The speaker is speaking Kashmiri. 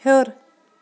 ہیوٚر